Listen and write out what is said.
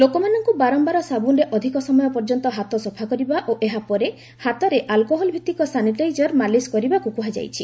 ଲୋକମାନଙ୍କୁ ବାରମ୍ଘାର ସାବୁନ୍ରେ ଅଧିକ ସମୟ ପର୍ଯ୍ୟନ୍ତ ହାତ ସଫାକରିବା ଓ ଏହାପରେ ହାତରେ ଆଲ୍କୋହଲ ଭିତ୍ତିକ ସାନିଟାଇଜର ମାଲିସ କରିବାକୁ କୁହାଯାଇଛି